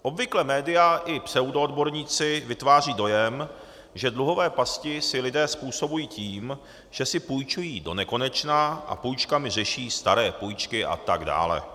Obvykle média i pseudoodborníci vytváří dojem, že dluhové pasti si lidé způsobují tím, že si půjčují donekonečna a půjčkami řeší staré půjčky atd.